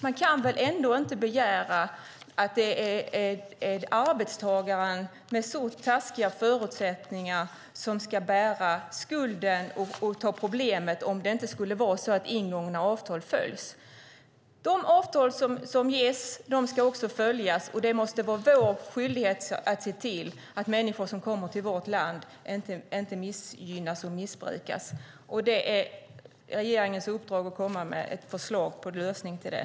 Man kan väl ändå inte begära att arbetstagaren, som har så dåliga förutsättningar, ska bära skulden och ta problemen om det skulle vara så att ingångna avtal inte följs? De avtal som ingås ska följas. Det måste vara vår skyldighet att se till att människor som kommer till vårt land inte missgynnas och missbrukas. Det är regeringens uppdrag att komma med ett förslag på lösning av det.